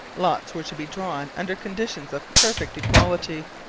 lots were to be drawn under conditions of perfect equality.